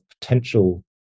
potential